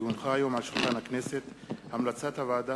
כי הונחה היום על שולחן הכנסת המלצת הוועדה